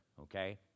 okay